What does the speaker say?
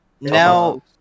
now